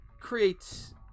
creates